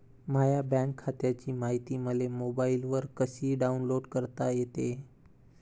माह्या बँक खात्याची मायती मले मोबाईलवर कसी डाऊनलोड करता येते?